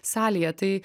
salėje tai